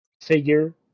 figure